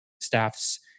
staff's